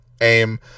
aim